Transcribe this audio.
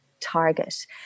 target